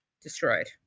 destroyed